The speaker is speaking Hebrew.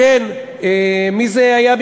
היא גבוהה.